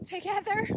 Together